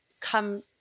come